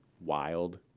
wild